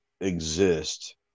exist